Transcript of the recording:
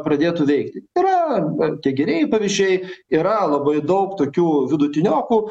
pradėtų veikti yra tie gerieji pavyzdžiai yra labai daug tokių vidutiniokų